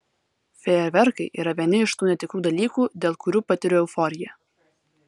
fejerverkai yra vieni iš tų netikrų dalykų dėl kurių patiriu euforiją